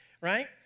right